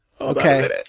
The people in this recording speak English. Okay